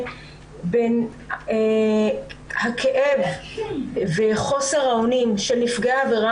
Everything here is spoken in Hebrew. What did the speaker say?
בין הכאב וחוסר האונים של נפגעי העבירה,